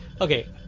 okay